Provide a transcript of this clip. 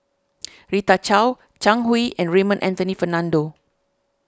Rita Chao Zhang Hui and Raymond Anthony Fernando